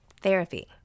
Therapy